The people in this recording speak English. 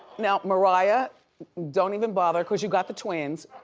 now, mariah don't even bother, cause you've got the twins.